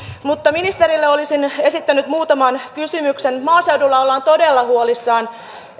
mutta ministerille olisin esittänyt muutaman kysymyksen maaseudulla ollaan todella huolissaan siitä